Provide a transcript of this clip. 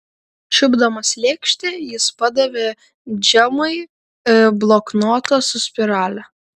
čiupdamas lėkštę jis padavė džemai bloknotą su spirale